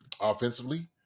offensively